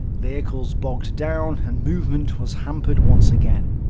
vehicles bogged down and movement was hampered once again.